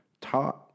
taught